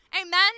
amen